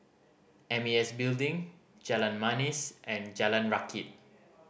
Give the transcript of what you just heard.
M A S Building Jalan Manis and Jalan Rakit